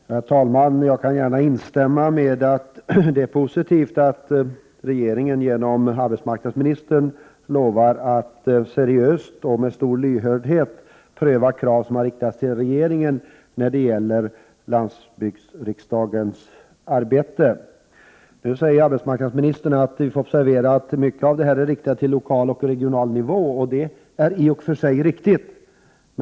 Herr talman! Jag kan gärna instämma i att det är positivt att regeringen genom arbetsmarknadsministern lovar att seriöst och med stor lyhördhet pröva krav som har riktats till regeringen när det gäller landsbygdsriksdagens arbete. Arbetsmarknadsministern säger att vi får observera att många krav är riktade till lokal och regional nivå. Det är i och för sig riktigt.